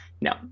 no